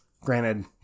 Granted